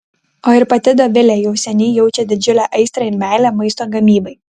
o ir pati dovilė jau seniai jaučia didžiulę aistrą ir meilę maisto gamybai